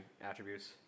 attributes